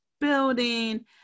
building